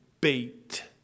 bait